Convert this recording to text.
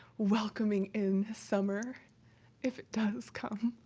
welcoming in summer if it does come.